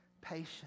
patience